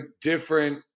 different